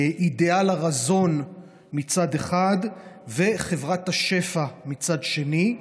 אידיאל הרזון מצד אחד וחברת השפע מצד שני.